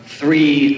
three